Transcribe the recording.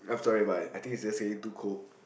sorry but I I think it's just saying too cold